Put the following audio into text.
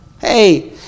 Hey